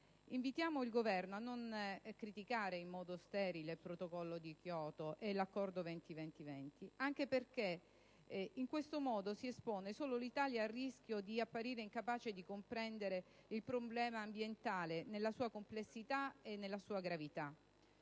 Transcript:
Invitiamo il Governo a non criticare in modo sterile il Protocollo di Kyoto e l'Accordo 20-20-20 anche perché in questo modo si espone solo l'Italia al rischio di apparire incapace di comprendere il problema ambientale nella sua complessità e gravità.